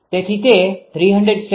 તેથી તે 307